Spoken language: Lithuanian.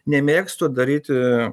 nemėgstu daryti